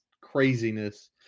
craziness